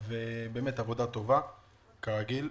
באמת עבודה טובה, כרגיל.